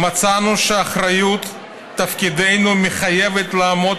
"מצאנו שאחריות תפקידנו מחייבת לעמוד